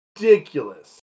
ridiculous